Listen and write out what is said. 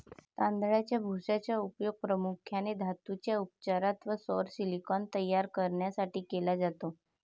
तांदळाच्या भुशाचा उपयोग प्रामुख्याने धातूंच्या उपचारात व सौर सिलिकॉन तयार करण्यासाठी केला जातो